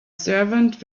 servant